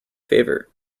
favor